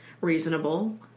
Reasonable